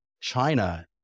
China